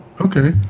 Okay